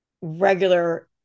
regular